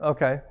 Okay